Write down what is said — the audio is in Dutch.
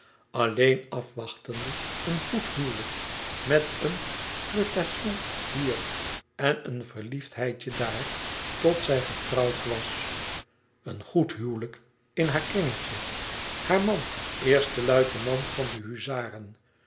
alleen afwachtende een goed huwelijk met een flirtation hier en een verliefdheidje daar tot zij getrouwd was een goed huwelijk in haar kringetje haar man eerste luitenant van de huzaren